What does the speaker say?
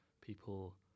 people